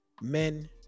men